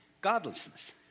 Godlessness